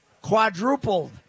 quadrupled